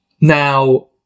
Now